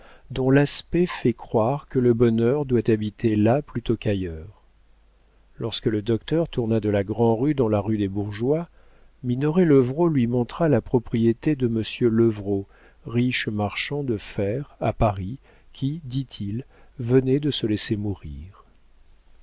dont l'aspect fait croire que le bonheur doit habiter là plutôt qu'ailleurs lorsque le docteur tourna de la grand'rue dans la rue des bourgeois minoret levrault lui montra la propriété de monsieur levrault riche marchand de fers à paris qui dit-il venait de se laisser mourir